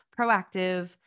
proactive